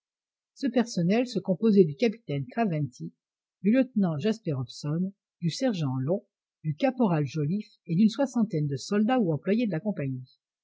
ce personnel se composait du capitaine craventy du lieutenant jasper hobson du sergent long du caporal joliffe et d'une soixantaine de soldats ou employés de la compagnie